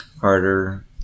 Harder